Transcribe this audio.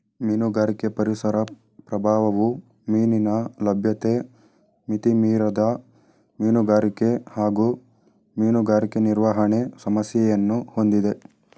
ಮೀನುಗಾರಿಕೆ ಪರಿಸರ ಪ್ರಭಾವವು ಮೀನಿನ ಲಭ್ಯತೆ ಮಿತಿಮೀರಿದ ಮೀನುಗಾರಿಕೆ ಹಾಗೂ ಮೀನುಗಾರಿಕೆ ನಿರ್ವಹಣೆ ಸಮಸ್ಯೆಯನ್ನು ಹೊಂದಿದೆ